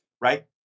right